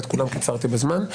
ואת כולם קיצרתי בזמן.